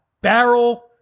barrel